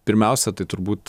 pirmiausia tai turbūt